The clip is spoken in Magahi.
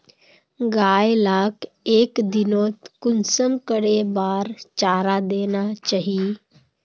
गाय लाक एक दिनोत कुंसम करे बार चारा देना चही?